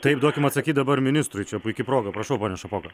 taip duokim atsakyt dabar ministrui čia puiki proga prašau pone šapoka